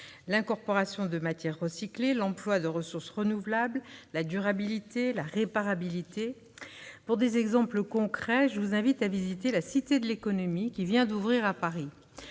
l'incorporation de matière recyclée, l'emploi de ressources renouvelables, la durabilité ou la réparabilité. Pour des exemples concrets, je vous invite à visiter la Cité de l'économie, qui vient d'ouvrir à Paris.